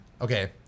Okay